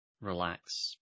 relax